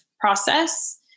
process